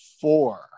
four